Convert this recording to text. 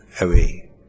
away